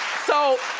so,